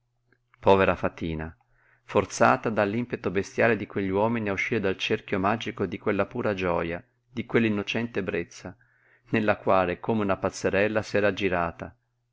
povera fatina forzata dall'impeto bestiale di quegli uomini a uscire dal cerchio magico di quella pura gioja di quell'innocente ebbrezza nella quale come una pazzerella s'era aggirata